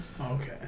Okay